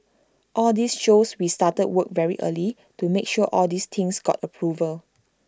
all this shows we started work very early to make sure all these things got approval